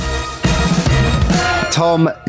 Tom